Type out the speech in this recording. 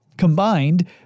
Combined